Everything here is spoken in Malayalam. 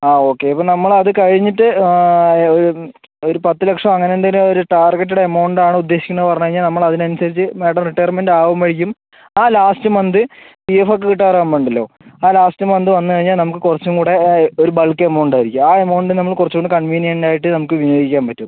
ആ ഓക്കേ അപ്പോൾ നമ്മളത് കഴിഞ്ഞിട്ട് ഒരു പത്ത് ലക്ഷം അങ്ങനെ എന്തെങ്കിലും ഒരു ടാർഗെറ്റഡ് എമൗണ്ട് ആണ് ഉദ്ദേശിക്കുന്നതെന്ന് പറഞ്ഞ് കഴിഞ്ഞാൽ നമ്മളതിന് അനുസരിച്ച് മേഡം റിട്ടയർമെൻറ്റ് ആവുമ്പോഴേക്കും ആ ലാസ്റ്റ് മന്ത് പി എഫ് ഒക്കെ കിട്ടാറാവുമ്പോഴുണ്ടല്ലോ ആ ലാസ്റ്റ് മന്ത് വന്ന് കഴിഞ്ഞാൽ നമുക്ക് കുറച്ചും കൂടെ ഒരു ബൾക്ക് എമൗണ്ട് ആയിരിക്കും ആ എമൗണ്ട് നമ്മൾ കുറച്ച് കൂടെ കൺവീനിയന്റ് ആയിട്ട് നമുക്ക് വിനിയോഗിക്കാൻ പറ്റും